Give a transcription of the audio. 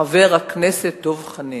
חבר הכנסת דב חנין,